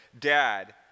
Dad